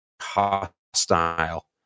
hostile